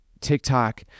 TikTok